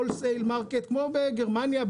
שוק סיטונאי כמו בגרמניה,